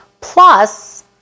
plus